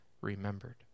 remembered